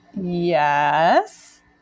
Yes